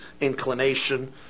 inclination